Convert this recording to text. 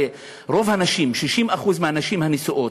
הרי רוב הנשים, 60% מהנשים הנשואות,